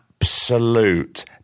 absolute